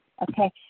Okay